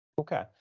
Okay